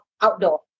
outdoor